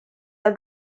are